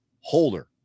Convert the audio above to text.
holder